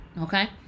okay